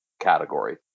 category